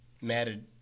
mattered